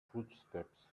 footsteps